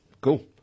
Cool